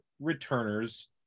returners